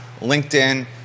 LinkedIn